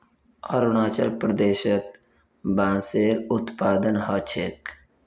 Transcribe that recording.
अरुणाचल प्रदेशत बांसेर उत्पादन ह छेक